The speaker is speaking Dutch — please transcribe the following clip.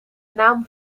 naam